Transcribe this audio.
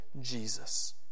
Jesus